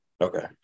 Okay